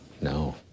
no